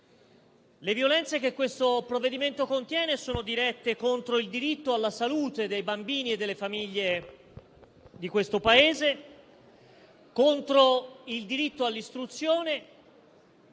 Le violenze che questo provvedimento contiene sono dirette contro il diritto alla salute dei bambini e delle famiglie di questo Paese, contro il diritto all'istruzione